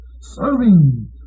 serving